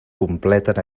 completen